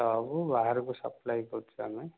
ସବୁ ବାହାରକୁ ସପ୍ଲାଇ କରୁଛୁ ଆମେ